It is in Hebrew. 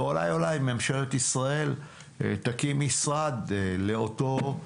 ואולי ממשלת ישראל תקים משרד לנושא.